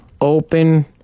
open